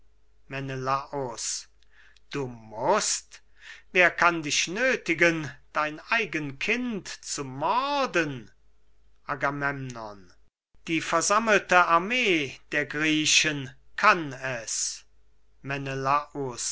du mußt wer kann dich nöthigen dein eigen kind zu morden agamemnon die versammelte armee der griechen kann es